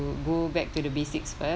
to go back to the basics first